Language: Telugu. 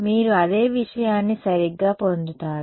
మీరు అదే విషయాన్ని సరిగ్గా పొందుతారు